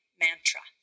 mantra